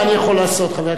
מה אני יכול לעשות, חבר הכנסת?